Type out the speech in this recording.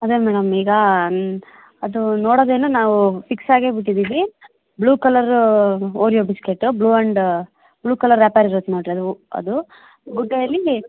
ಅದೇ ಮೇಡಮ್ ಈಗ ಅದು ನೋಡೋದೇನೂ ನಾವು ಫಿಕ್ಸ್ ಆಗೇ ಬಿಟ್ಟಿದ್ದೀವಿ blue colour Oreo biscuit blue and blue colour wrapper ಇರುತ್ತೆ ನೋಡ್ರಿ ಅದು ಗುಡ್ಡೇಯಲ್ಲಿ